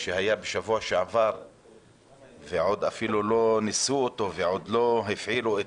אבל אפילו עוד לא ניסו אותו ועוד לא הפעילו את